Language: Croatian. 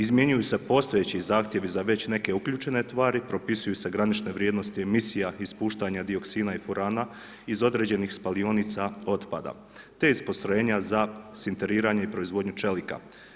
Izmjenjuju se postojeći zahtjevi za već neke uključene tvari, propisuju se granične vrijednosti emisija ispuštanja dioksina i furana iz određenih spalionica otpada, te iz postrojenja za sinteriranje i proizvodnju čelika.